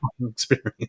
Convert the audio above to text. experience